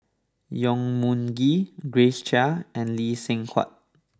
Yong Mun Chee Grace Chia and Lee Seng Huat